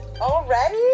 Already